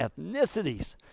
ethnicities